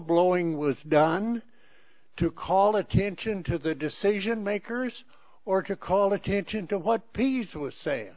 blowing was done to call attention to the decision makers or to call attention to what people used to a say